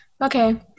Okay